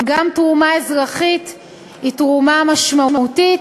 גם תרומה אזרחית היא תרומה משמעותית,